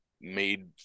made